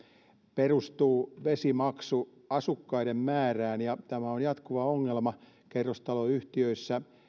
perustuu vesimaksu asukkaiden määrään ja tämä on jatkuva ongelma kerrostaloyhtiöissä